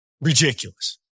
Ridiculous